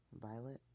Violet